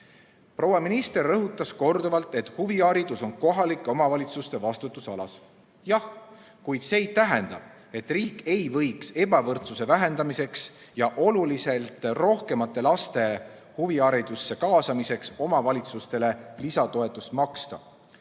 Proua minister rõhutas korduvalt, et huviharidus on kohalike omavalitsuste vastutusalas. Jah, kuid see ei tähenda, et riik ei võiks ebavõrdsuse vähendamiseks ja oluliselt rohkemate laste huviharidusse kaasamiseks omavalitsustele lisatoetust maksta.